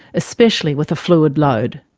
especially with a fluid load.